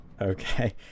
Okay